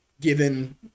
given